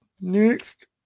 next